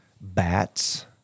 Bats